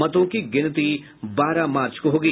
मतों की गिनती बारह मार्च को होगी